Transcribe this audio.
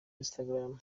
instagram